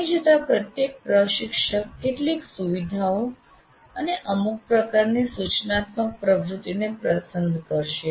સમય જતાં પ્રત્યેક પ્રશિક્ષક કેટલીક સુવિધાઓ અને અમુક પ્રકારની સૂચનાત્મક પ્રવૃત્તિને પસંદ કરશે